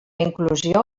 inclusió